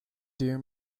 dear